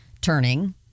turning